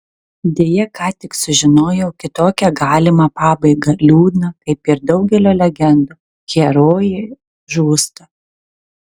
deja ką tik sužinojau kitokią galimą pabaigą liūdną kaip ir daugelio legendų herojė žūsta